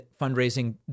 fundraising